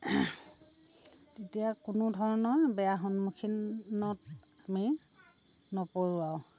তেতিয়া কোনো ধৰণৰ বেয়া সন্মুখীনত আমি নপৰোঁ আৰু